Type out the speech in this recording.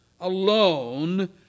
alone